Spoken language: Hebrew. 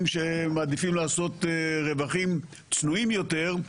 שמעדיפים לעשות רווחים צנועים יותר,